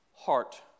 Heart